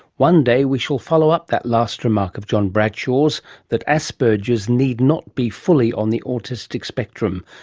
one day we shall follow up that last remark of john bradshaw's that asperger's need not be fully on the autistic spectrum,